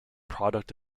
product